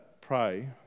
pray